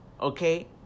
okay